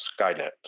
Skynet